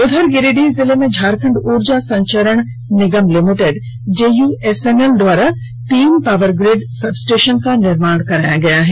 उधर गिरिडीह जिले में झारखंड ऊर्जा संचरण निगम लिमिटेड जेयूएसएनएल द्वारा तीन पावर ग्रिड सब स्टेशन का निर्माण कराया गया है